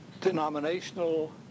denominational